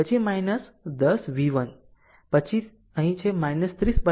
પછી 10 v1 પછી તે અહીં છે 30 0